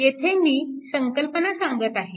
येथे मी संकल्पना सांगत आहे